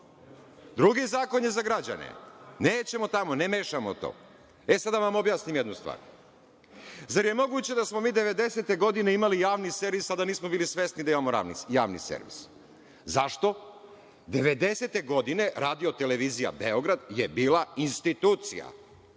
Drugi zakon je za građane, nećemo tamo, ne mešamo to.E sad, da vam objasnim jednu stvar. Zar je moguće da smo mi devedesete godine imali javni servis, a da nismo bili svesni da imamo javni servis? Zašto? Devedesete godine Radio televizija Beograd je bila institucija